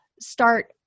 start